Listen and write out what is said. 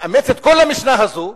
מאמץ את כל המשנה הזאת,